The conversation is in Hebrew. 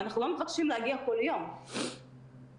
אני רק רוצה להגיד משהו על הנושא של אמצעים דיגיטליים.